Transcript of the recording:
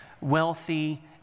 wealthy